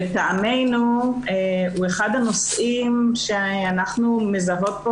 ולטעמנו הוא אחד הנושאים שאנחנו מזהות פה